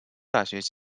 大学